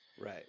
right